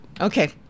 Okay